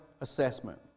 assessment